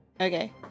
Okay